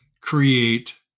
create